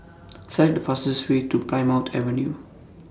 Select The fastest Way to Plymouth Avenue